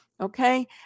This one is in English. okay